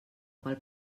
qual